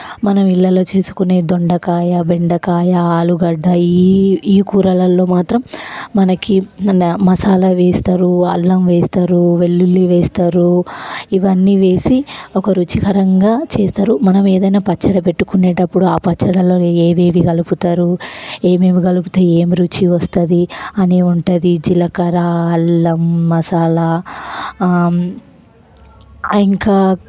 మనం ఇళ్లలో చేసుకునే దొండకాయ బెండకాయ ఆలుగడ్డ ఈ ఈ కూరలలో మాత్రం మనకి మసాలా వేస్తారు అల్లం వేస్తారు వెల్లుల్లి వేస్తారు ఇవన్నీ వేసి ఒక రుచికరంగా చేస్తారు మనం ఏదైనా పచ్చడి పెట్టుకునేటప్పుడు ఆ పచ్చళ్లలో ఏవేవి కలుపుతారు ఏమేమి కలుపుతూ ఏమి రుచి వస్తుంది అని ఉంటుంది జీలకర్ర అల్లం మసాలా ఇంకా